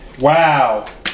Wow